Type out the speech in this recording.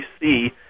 see